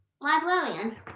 librarian